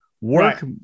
work